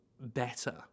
better